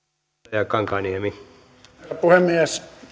herra puhemies